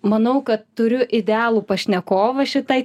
manau kad turiu idealų pašnekovą šitai